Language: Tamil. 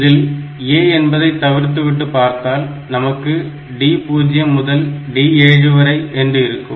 இதில் A என்பதை தவிர்த்து விட்டு பார்த்தால் நமக்கு D0 முதல் D7 வரை என்று இருக்கும்